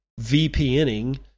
VPNing